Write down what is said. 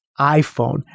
iPhone